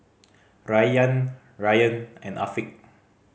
Rayyan Ryan and Afiq